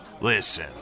Listen